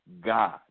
God